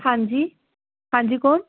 ਹਾਂਜੀ ਹਾਂਜੀ ਕੌਣ